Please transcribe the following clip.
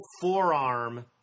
forearm